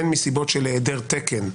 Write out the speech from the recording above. הן מסיבות של היעדר תקן,